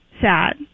Sad